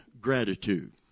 gratitude